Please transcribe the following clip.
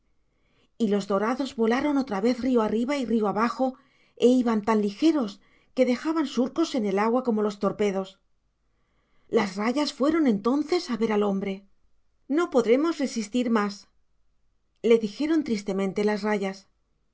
y los dorados volaron otra vez río arriba y río abajo e iban tan ligeros que dejaban surcos en el agua como los torpedos las rayas fueron entonces a ver al hombre no podremos resistir más le dijeron tristemente las rayas